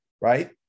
right